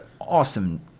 awesome